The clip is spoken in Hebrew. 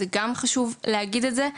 זה גם חשוב להגיד את זה.